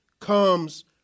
comes